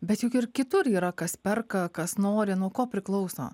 bet juk ir kitur yra kas perka kas nori nuo ko priklauso